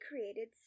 created